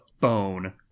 phone